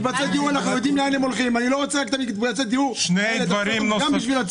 אל תסכים או-או דיור בר השגה חשוב וגם דיור ציבורי.